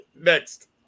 Next